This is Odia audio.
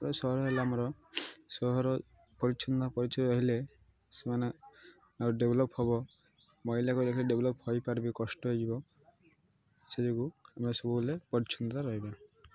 ତ ସହର ହେଲା ଆମର ସହର ପରିଚ୍ଛନ୍ନ ପରିଚୟ ରହିଲେ ସେମାନେ ଆଉ ଡେଭେଲପ୍ ହେବ ମହିଳା ଡେଭେଲପ୍ ହେଇପାରିବେ କଷ୍ଟ ହେଇଯିବ ସେ ଯୋଗୁଁ ଆମେ ସବୁବେଲେ ପରିଚ୍ଛନ୍ନତା ରହିବା